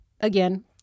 Again